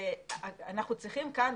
שאנחנו צריכים כאן,